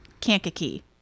Kankakee